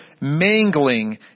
mangling